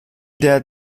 der